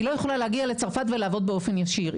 היא לא יכולה להגיע לצרפת ולעבוד באופן ישיר.